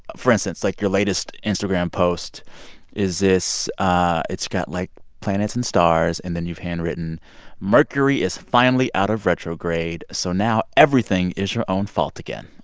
for instance, like, your latest instagram post is this ah it's got, like, planets and stars and then you've handwritten mercury is finally out of retrograde, so now everything is your own fault again